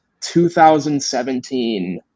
2017